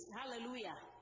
hallelujah